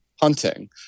hunting